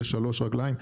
זה שלוש רגליים,